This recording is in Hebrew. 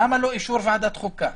למה לא אישור ועדת החוקה?